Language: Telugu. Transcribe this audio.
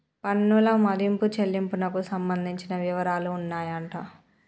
పన్నుల మదింపు చెల్లింపునకు సంబంధించిన వివరాలు ఉన్నాయంట